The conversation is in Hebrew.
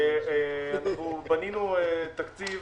בנינו תקציב